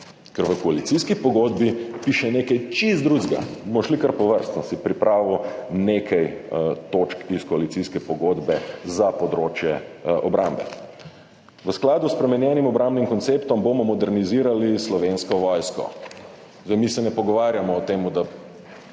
ker v koalicijski pogodbi piše nekaj čisto drugega. Bomo šli kar po vrsti, sem si pripravil nekaj točk iz koalicijske pogodbe za področje obrambe. V skladu s spremenjenim obrambnim konceptom bomo modernizirali Slovensko vojsko. Mi se ne pogovarjamo o tem, da